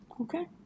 Okay